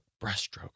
breaststroke